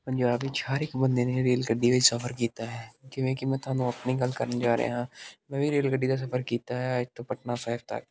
ਪੰਜਾਬ ਵਿਚ ਹਰ ਇੱਕ ਬੰਦੇ ਨੇ ਰੇਲ ਗੱਡੀ ਵਿਚ ਸਫ਼ਰ ਕੀਤਾ ਹੈ ਜਿਵੇ ਕਿ ਮੈਂ ਤੁਹਾਨੂੰ ਆਪਣੀ ਗੱਲ ਕਰਨ ਜਾ ਰਿਹਾ ਹਾਂ ਮੈਂ ਵੀ ਰੇਲ ਗੱਡੀ ਦਾ ਸਫ਼ਰ ਕੀਤਾ ਹੈ ਇੱਥੋਂ ਪਟਨਾ ਸਾਹਿਬ ਤੱਕ